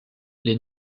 les